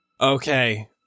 Okay